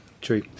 true